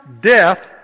death